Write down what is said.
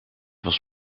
was